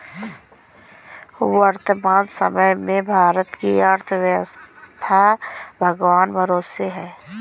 वर्तमान समय में भारत की अर्थव्यस्था भगवान भरोसे है